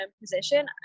position